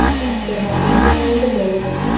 let's give our thinking minds a break.